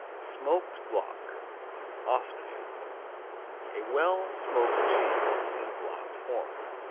smoked block austria a well-smoked cheese in block form.